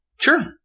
Sure